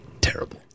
Terrible